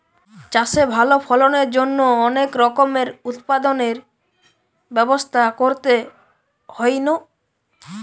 চাষে ভালো ফলনের জন্য অনেক রকমের উৎপাদনের ব্যবস্থা করতে হইন